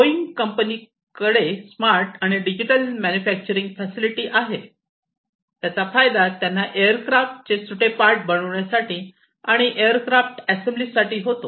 Boeing कंपनीकडे smart आणि digital manufacturing facility आहे त्याचा फायदा त्यांना एअर क्राफ्ट सुटे पार्ट बनवण्यासाठी आणि एअरक्राफ्ट असेंबली साठी होतो